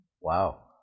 Wow